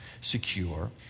secure